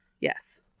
Yes